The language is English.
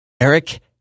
Eric